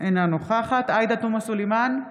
אינה נוכחת עאידה תומא סלימאן,